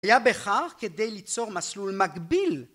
היה בכך כדי ליצור מסלול מקביל?